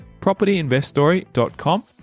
propertyinveststory.com